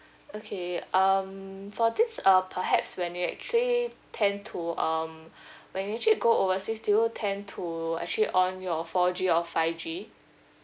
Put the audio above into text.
okay um for this uh perhaps when you actually tend to um when you actually go overseas do you tend to actually on your four G or five G